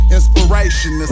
Inspiration